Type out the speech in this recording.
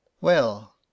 Well